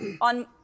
on